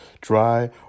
dry